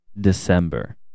December